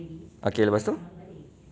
okay lepas tu